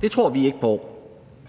Det tror vi ikke på.